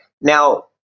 now